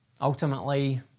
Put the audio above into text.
Ultimately